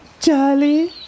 Charlie